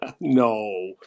No